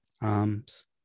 arms